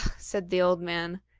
said the old man,